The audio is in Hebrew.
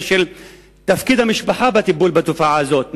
של תפקיד המשפחה בטיפול בתופעה הזאת.